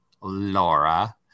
Laura